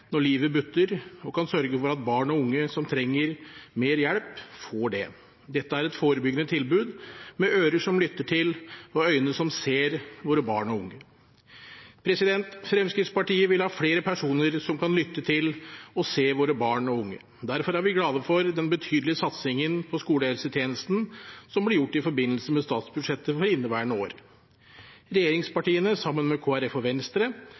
når livet butter, og kan sørge for at barn og unge som trenger mer hjelp, får det. Dette er et forebyggende tilbud, med ører som lytter til og øyne som ser våre barn og unge. Fremskrittspartiet vil ha flere personer som kan lytte til og se våre barn og unge. Derfor er vi glade for den betydelige satsingen på skolehelsetjenesten som ble gjort i forbindelse med statsbudsjettet for inneværende år. Regjeringspartiene, sammen med Kristelig Folkeparti og Venstre,